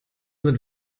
sind